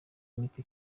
miti